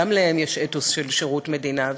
גם להם יש אתוס של שירות מדינה.